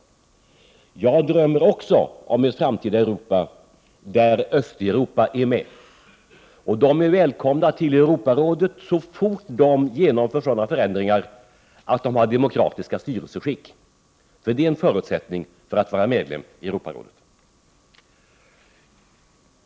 Även jag drömmer om ett framtida Europa där Östeuropa är med. De länderna är välkomna till Europarådet så fort de genomför sådana förändringar att de får demokratiska styrelseskick — det är en förutsättning för att vara medlem i Europarådet.